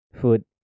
food